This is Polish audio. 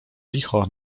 licho